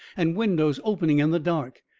and windows opening in the dark.